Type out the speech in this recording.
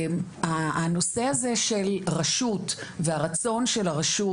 הנושא הזה של רשות והרצון של הרשות,